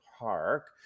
park